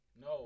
No